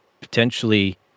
potentially